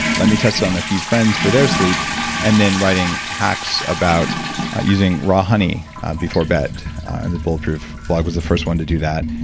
let me test it on a few friends for their sleep and then writing hacks about using raw honey before bed, bed, and the bulletproof blog was the first one to do that.